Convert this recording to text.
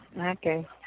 Okay